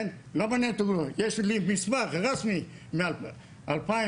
יש לי מסמך רשמי מ-2010,